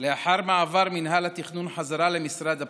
לאחר מעבר מינהל התכנון בחזרה למשרד הפנים,